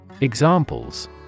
Examples